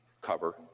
cover